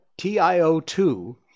TIO2